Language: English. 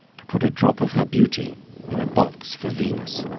to put a drop of her beauty in a box for venus.